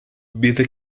bebida